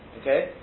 Okay